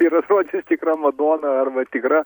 ir atrodys tikra madona arba tikra